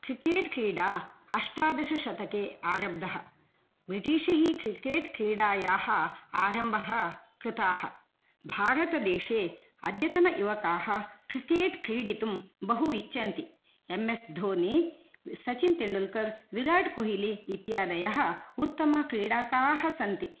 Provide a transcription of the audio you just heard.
cricket क्रीडा अष्टादशशतके आरब्धः ब्रिटीशैः क्रिकेट् क्रीडायाः आरम्भः कृताः भारतदेशे अद्यतनयुवकाः क्रिकेट् क्रीडितुं बहु इच्छन्ति एम् एस् धोनि सचिन् तेन्डुल्कर् विरात् कोह्लि इत्यादयः उत्तमक्रीडकाः सन्ति